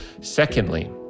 secondly